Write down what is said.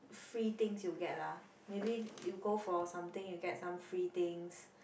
free things you get lah maybe you go for something you get some free things